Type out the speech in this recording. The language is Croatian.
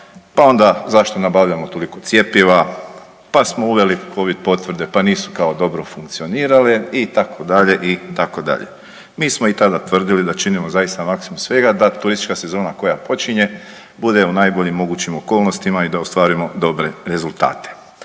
pa onda zašto nabavljamo toliko cjepiva, pa smo uveli covid potvrde pa nisu kao dobro funkcionirale itd. itd. Mi smo i tada tvrdili da činimo zaista maksimum svega da turistička sezona koja počinje bude u najboljim mogućim okolnostima i da ostvarimo dobre rezultate.